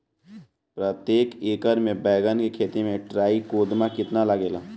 प्रतेक एकर मे बैगन के खेती मे ट्राईकोद्रमा कितना लागेला?